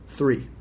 Three